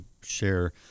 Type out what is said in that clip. share